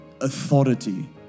authority